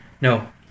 No